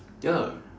ya